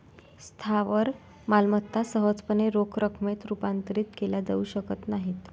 स्थावर मालमत्ता सहजपणे रोख रकमेत रूपांतरित केल्या जाऊ शकत नाहीत